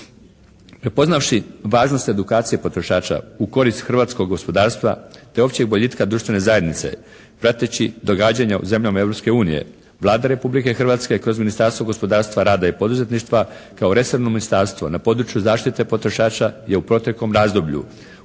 Prepoznavši važnost edukacije potrošača u korist hrvatskog gospodarstva te općeg boljitka društvene zajednice prateći događanja u zemljama Europske unije Vlada Republike Hrvatske kroz Ministarstvo gospodarstva, rada i poduzetništva kao resorno ministarstvo na području zaštite potrošača je u proteklom razdoblju uložilo